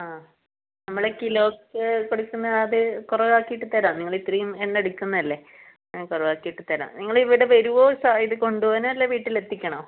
ആ നമ്മൾ കിലോയ്ക്ക് കൊടുക്കുന്ന അത് കുറവാക്കിയിട്ട് തരാം നിങ്ങളിത്രയും എണ്ണം എടുക്കുന്നയല്ലേ കുറവാക്കിയിട്ട് തരാം നിങ്ങൾ ഇവിടെ വരുമോ ഇത് കൊണ്ടു പോവാൻ അല്ല വീട്ടിലെത്തിക്കണോ